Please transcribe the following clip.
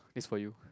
this for you